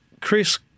Chris